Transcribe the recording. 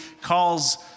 calls